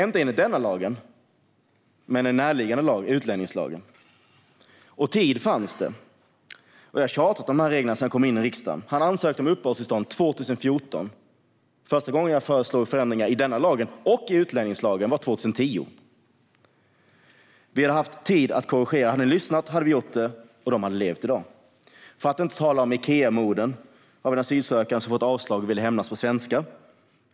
Inte enligt denna lag men en närliggande lag, utlänningslagen, och tid fanns det. Jag har tjatat om dessa regler sedan jag kom in i riksdagen. Akilov ansökte om uppehållstillstånd 2014. Första gången jag föreslog förändringar i denna lag och i utlänningslagen var 2010. Vi hade haft tid att korrigera. Hade ni lyssnat hade vi gjort förändringarna, och de hade levt i dag. För att inte tala om Ikeamorden av en asylsökande som hade fått avslag och ville hämnas på svenskar.